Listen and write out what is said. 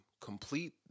complete